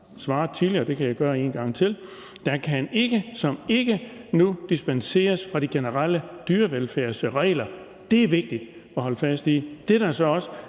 svaret tidligere, og det kan jeg gøre en gang til – at der ikke, som i ikke, kan dispenseres fra de generelle dyrevelfærdsregler nu. Det er vigtigt at holde fast i. Det, der så også